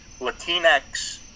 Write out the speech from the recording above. Latinx